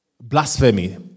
Blasphemy